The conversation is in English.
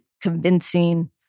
convincing